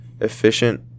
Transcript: efficient